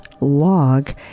log